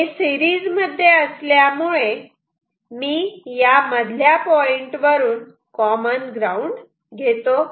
हे सिरीज मध्ये असल्यामुळे मी या मधल्या पॉईंटवरून कॉमन ग्राउंड घेतो